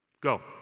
Go